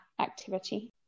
activity